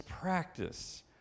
practice